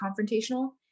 confrontational